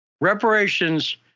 reparations